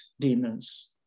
demons